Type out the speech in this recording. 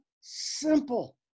simple